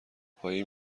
پایی